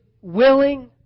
willing